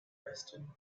western